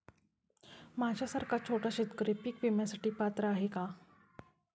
माझ्यासारखा छोटा शेतकरी पीक विम्यासाठी पात्र आहे का?